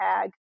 tag